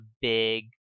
big